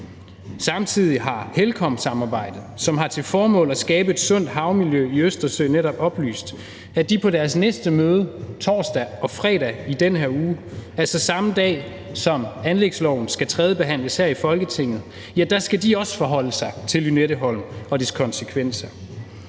Samtidig har HELCOM-samarbejdet, som har til formål at skabe et sundt havmiljø i i Østersøen, netop oplyst, at de på deres næste møde, torsdag og fredag i denne uge, altså samme dag, som anlægsloven skal tredjebehandles her i Folketinget, også skal forholde sig til Lynetteholm og dens konsekvenser.